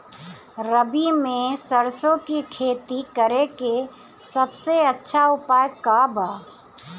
रबी में सरसो के खेती करे के सबसे अच्छा उपाय का बा?